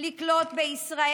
לקלוט בישראל פליטים.